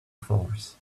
force